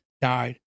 died